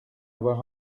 avoir